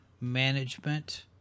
management